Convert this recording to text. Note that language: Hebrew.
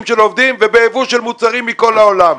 של עובדים ובייבוא של מוצרים מכל העולם.